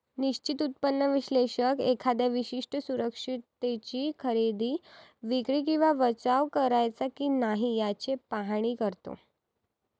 निश्चित उत्पन्न विश्लेषक एखाद्या विशिष्ट सुरक्षिततेची खरेदी, विक्री किंवा बचाव करायचा की नाही याचे पाहणी करतो